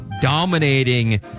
dominating